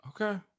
Okay